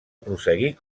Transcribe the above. prosseguir